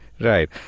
Right